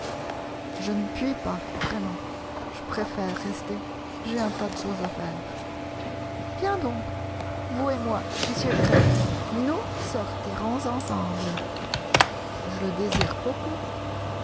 je ne puis pas vraiment je préfère rester j'ai un tas de choses à faire bien donc vous et moi monsieur gray nous sortirons ensemble je le désire beaucoup